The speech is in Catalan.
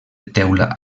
teula